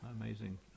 amazing